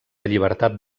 llibertat